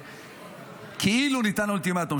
שכאילו ניתן אולטימטום,